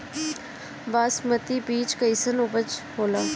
बासमती बीज कईसन उपज होला?